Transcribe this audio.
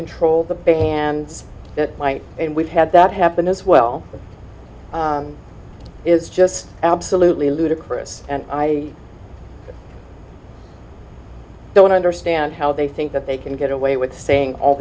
control the bands that might and we've had that happen as well is just absolutely ludicrous and i don't understand how they think that they can get away with saying all